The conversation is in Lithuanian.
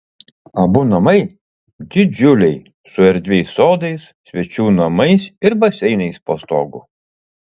abu namai didžiuliai su erdviais sodais svečių namais ir baseinais po stogu